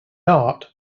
art